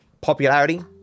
popularity